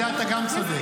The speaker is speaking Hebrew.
גם בזה אתה צודק.